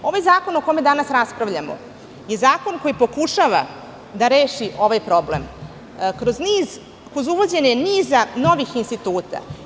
Ovaj zakon o kome danas raspravljamo je zakon koji pokušava da reši ovaj problem kroz uvođenje niza novih instituta.